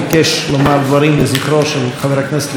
לזכרו של חבר הכנסת לשעבר אורי אבנרי,